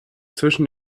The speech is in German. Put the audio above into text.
zwischen